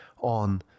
on